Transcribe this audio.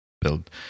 build